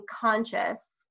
conscious